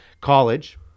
College